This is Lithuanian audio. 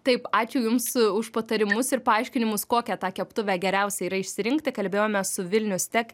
taip ačiū jums už patarimus ir paaiškinimus kokią tą keptuvę geriausia yra išsirinkti kalbėjome su vilnius tech